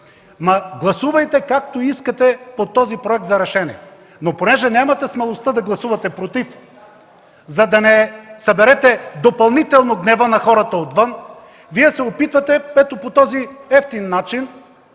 Гласувайте, както искате, по този проект за решение. Но понеже нямате смелостта да гласувате „против”, за да не съберете допълнително гнева на хората отвън, Вие се опитвате по евтин начин